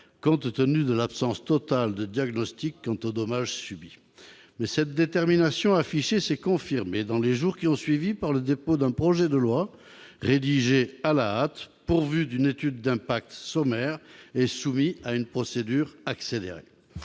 compte tenu de l'absence totale de diagnostic quant aux dommages subis mais cette détermination affichée s'est confirmé dans les jours qui ont suivi par le dépôt d'un projet de loi rédigée à la hâte, pourvu d'une étude d'impact sommaire et soumis à une procédure accélérée,